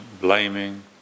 blaming